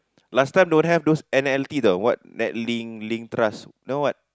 last time don't have those N L T the what Netlink LinkTrust now what